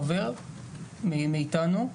עובר מאיתנו,